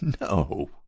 No